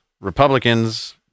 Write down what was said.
Republicans